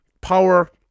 power